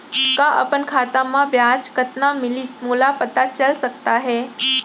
का अपन खाता म ब्याज कतना मिलिस मोला पता चल सकता है?